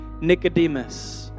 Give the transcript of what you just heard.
Nicodemus